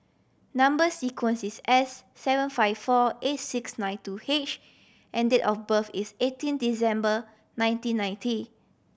number sequence is S seven five four eight six nine two H and date of birth is eighteen December nineteen ninety